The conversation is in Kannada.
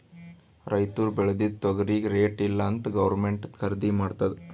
ರೈತುರ್ ಬೇಳ್ದಿದು ತೊಗರಿಗಿ ರೇಟ್ ಇಲ್ಲ ಅಂತ್ ಗೌರ್ಮೆಂಟೇ ಖರ್ದಿ ಮಾಡ್ತುದ್